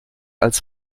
als